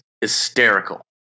hysterical